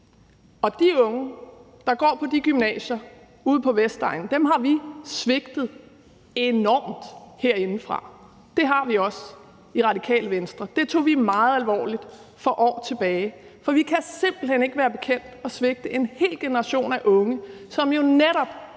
og de unge, der går på de gymnasier ude på Vestegnen, har vi svigtet enormt herindefra, og det har vi også i Radikale Venstre. Det tog vi meget alvorligt for år tilbage, for vi kan simpelt hen ikke være bekendt at svigte en hel generation af unge, som jo netop